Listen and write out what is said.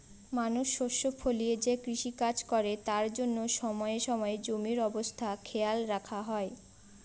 মানুষ শস্য ফলিয়ে যে কৃষিকাজ করে তার জন্য সময়ে সময়ে জমির অবস্থা খেয়াল রাখা হয়